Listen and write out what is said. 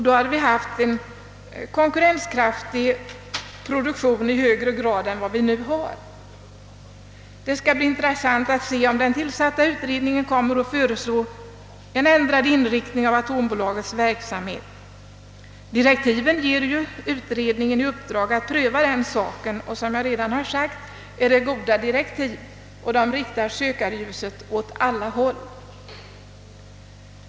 Då hade vi haft en konkurrenskraftig produktion i högre grad än vad vi nu har. Det skall bli intressant att se om den tillsatta utredningen kommer att föreslå en ändrad inriktning av atombolagets verksamhet. Direktiven ger ju utred ningen i uppdrag att pröva den saken, och som jag redan sagt är det goda direktiv, och de riktar sökarljuset åt alla håll.